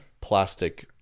plastic